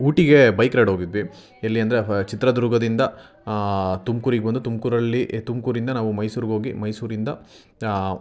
ಊಟಿಗೆ bike ride ಹೋಗಿದ್ವಿ ಎಲ್ಲಿ ಅಂದರೆ ಚಿತ್ರದುರ್ಗದಿಂದ ತುಮ್ಕೂರಿಗೆ ಬಂದು ತುಮಕೂರಲ್ಲಿ ತುಮಕೂರಿಂದ ನಾವು ಮೈಸೂರಿಗೆ ಹೋಗಿ ಮೈಸೂರಿಂದ